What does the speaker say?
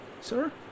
Sir